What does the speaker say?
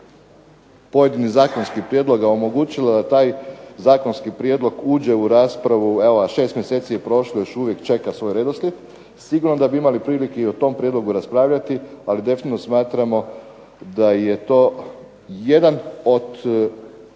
pojedinih zakonskih prijedloga omogućila da taj zakonski prijedlog uđe u raspravu. Evo šest mjeseci je prošlo, još uvijek čeka svoj redoslijed. Sigurno da bi imali prilike i o tom prijedlogu raspravljati, ali definitivno smatramo da je to jedan od